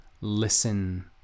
listen